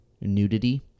nudity